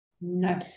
No